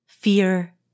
Fear